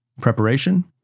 Preparation